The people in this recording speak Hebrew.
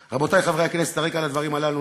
בימי השואה ניסה הרב הרפורמי של שבדיה,